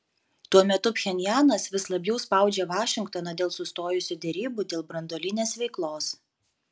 tuo metu pchenjanas vis labiau spaudžia vašingtoną dėl sustojusių derybų dėl branduolinės veiklos